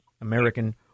american